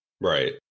right